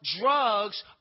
drugs